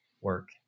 work